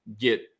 get